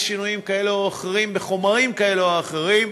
שינויים כאלה או אחרים בחומרים כאלה או אחרים,